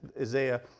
Isaiah